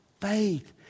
faith